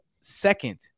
second